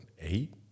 eight